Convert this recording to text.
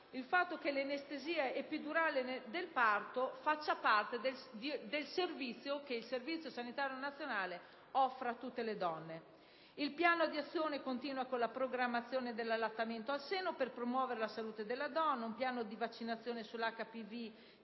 dell'anestesia epidurale del parto tra le prestazioni che il Servizio sanitario nazionale offre a tutte le donne. Il piano d'azione continua con la programmazione dell'allattamento al seno per promuovere la salute della donna, con un piano di vaccinazione contro l'HPV